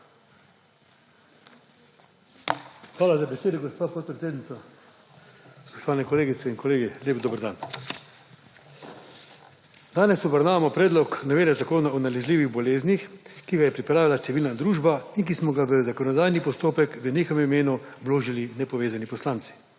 Hvala za besedo, gospa podpredsednica. Spoštovani kolegice in kolegi, lep dober dan! Danes obravnavamo predlog novele Zakona o nalezljivih boleznih, ki ga je pripravila civilna družba in smo ga v zakonodajni postopek v njihovem imenu vložili nepovezani poslanci.